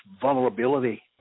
vulnerability